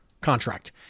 contract